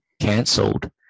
cancelled